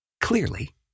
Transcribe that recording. Clearly